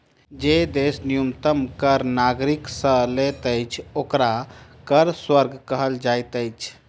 जे देश न्यूनतम कर नागरिक से लैत अछि, ओकरा कर स्वर्ग कहल जाइत अछि